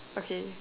okay